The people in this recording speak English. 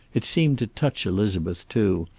it seemed to touch elizabeth, too,